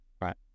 Right